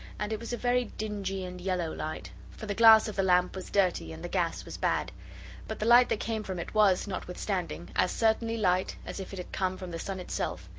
and it was a very dingy and yellow light, for the glass of the lamp was dirty, and the gas was bad but the light that came from it was, notwithstanding, as certainly light as if it had come from the sun itself,